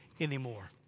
anymore